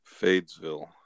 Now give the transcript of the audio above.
Fadesville